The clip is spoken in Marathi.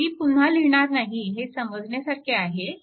तर मी पुन्हा लिहिणार नाही हे समजण्यासारखे आहे